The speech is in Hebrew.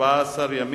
אשרה או רשיון